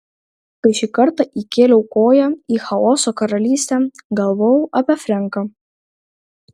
kai šį kartą įkėliau koją į chaoso karalystę galvojau apie frenką